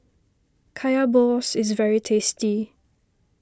Kaya Balls is very tasty